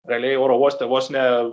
galėjai oro uoste vos ne